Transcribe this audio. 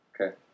Okay